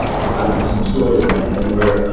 aside from some stories in my head were ah